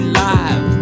live